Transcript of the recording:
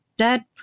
Dad